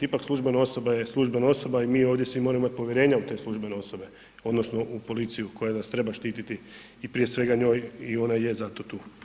Ipak, službena osoba je službena osoba i mi ovdje svi moramo imati povjerenja u te službene osobe, odnosno, u policiju koja nas treba štiti i prije svega njoj i ona je zato tu.